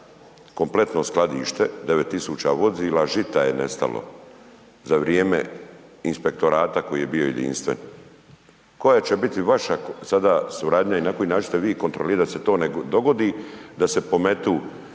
kompletno skladište 9000 vozila žita je nestalo za vrijeme Inspektorata koji je bio jedinstven. Koja će biti vaša sada suradnja i na koji način ćete vi kontrolirati da se to ne dogodi, da se pometu